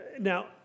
Now